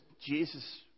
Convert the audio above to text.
Jesus